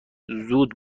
زود